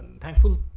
thankful